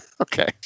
Okay